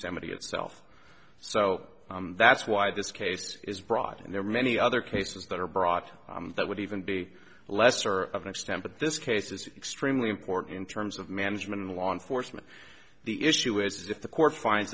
many itself so that's why this case is brought in there are many other cases that are brought that would even be lesser of an extent but this case is extremely important in terms of management and law enforcement the issue is if the court find